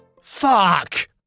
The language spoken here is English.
fuck